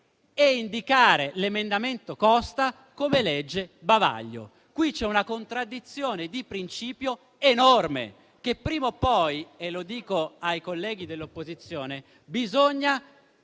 e indicare l'emendamento Costa come legge bavaglio. Qui c'è una contraddizione di principio enorme, che prima o poi - lo dico ai colleghi dell'opposizione - bisogna